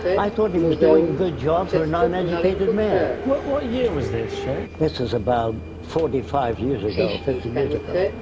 i thought he was doing a good job for an uneducated man. what what year was this, jacque? this is about forty five years ago, fifty years ago.